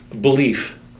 belief